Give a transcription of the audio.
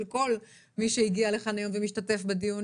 כל מי שהגיע לכאן היום ומשתתף בדיון,